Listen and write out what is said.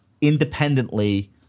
independently